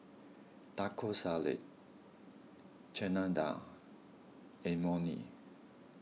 Taco Salad Chana Dal and Imoni